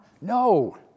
No